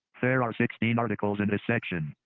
there are sixteen articles in this section.